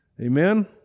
Amen